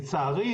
לצערי,